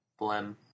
Blem